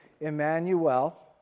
Emmanuel